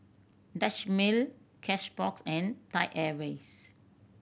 Dutch Mill Cashbox and Thai Airways